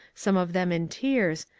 some of them in tears,